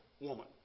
woman